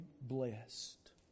blessed